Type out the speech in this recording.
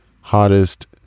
hottest